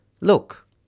Look